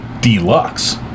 deluxe